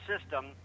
system